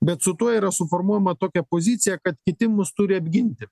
bet su tuo yra suformuojama tokia pozicija kad kiti mus turi apginti